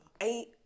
eight